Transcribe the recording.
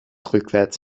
rückwärts